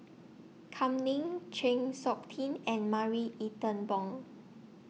Kam Ning Chng Seok Tin and Marie Ethel Bong